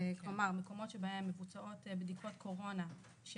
כלומר מקומות שבהם מבוצעות בדיקות קורונה,